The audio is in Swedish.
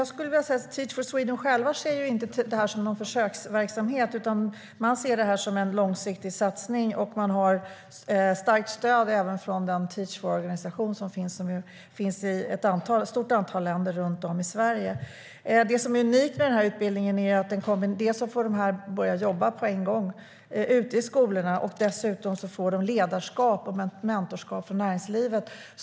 Fru talman! Teach för Sweden ser själva inte detta som någon försöksverksamhet. De ser det som en långsiktig satsning. De har starkt stöd även från den Teach for-organisation som finns i ett stort antal länder runt om i Sverige. Det som är unikt med utbildningen är att de får börja jobba på en gång ute i skolorna. De får dessutom utbildning i ledarskap och mentorskap från näringslivet.